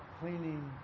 cleaning